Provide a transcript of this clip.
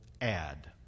add